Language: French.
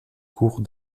cours